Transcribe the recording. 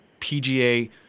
PGA